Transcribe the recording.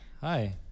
Hi